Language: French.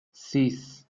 six